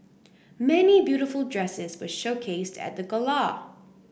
many beautiful dresses were showcased at the gala